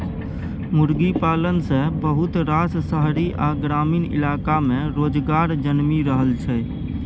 मुर्गी पालन सँ बहुत रास शहरी आ ग्रामीण इलाका में रोजगार जनमि रहल छै